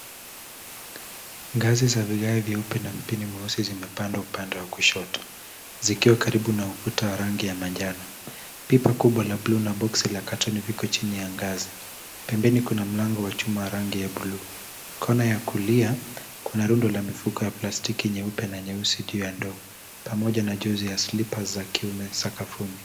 Ngazi za vigae vyeupe na mpini mweusi zimepangwa upande wa kushoto, zikiwa karibu na ukuta wa rangi ya manjano. Pipa kubwa la blue na boksi la kartoni viko chini ya ngazi. Pembeni kuna mlango wa chuma wa rangi ya blue . Kona ya kulia kuna rundo la mifuko ya plastiki nyeupe na nyeusi juu ya ndoo pamoja na jozi ya slipa za kiume sakafuni.